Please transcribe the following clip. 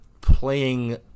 playing